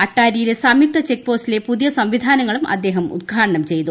അട്ടാരിയിലെ സംയുക്ത ചെക്ക്പോസ്റ്റിലെ പുതിയ സംവിധാനങ്ങളും അദ്ദേഹം ഉദ്ഘാടനം ചെയ്തു